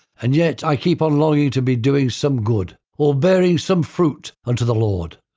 and yet i keep on longing to be doing some good or bearing some fruit unto the lord.